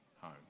home